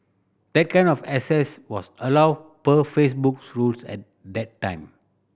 that kind of access was allowed per Facebook's rules at that time